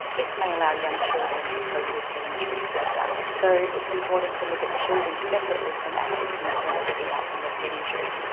this may allow young children to cope with head injury better, so it's important to look at children separately from adults in terms of the outcome of head injury.